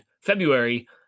February